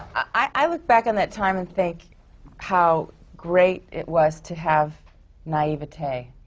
i look back on that time and think how great it was to have naivete,